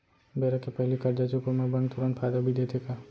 बेरा के पहिली करजा चुकोय म बैंक तुरंत फायदा भी देथे का?